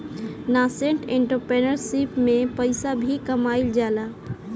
nascent entrepreneurship में पइसा भी कामयिल जाला